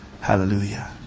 Hallelujah